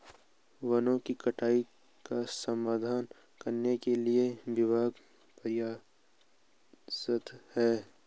वनों की कटाई का समाधान करने के लिए विभाग प्रयासरत है